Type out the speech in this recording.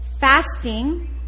fasting